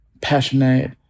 passionate